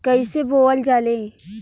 कईसे बोवल जाले?